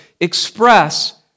express